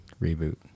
reboot